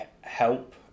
help